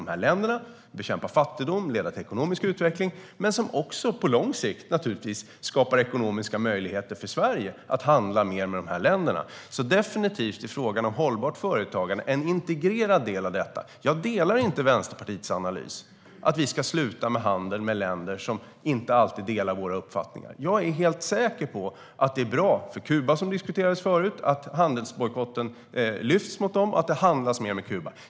Det handlar om att bekämpa fattigdom och att det ska leda till ekonomisk utveckling. Det ska också på lång sikt skapa ekonomiska möjligheter för Sverige att handla mer med de länderna. Frågan om hållbart företagande är definitivt en integrerad del av detta. Jag delar inte Vänsterpartiets analys att vi ska sluta med handel med länder som inte alltid delar våra uppfattningar. Jag är helt säker på att det är bra för Kuba, som diskuterades förut, att handelsbojkotten lyfts och att det handlas mer med Kuba.